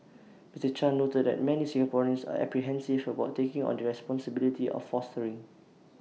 Mister chan noted that many Singaporeans are apprehensive about taking on the responsibility of fostering